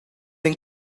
ein